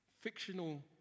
fictional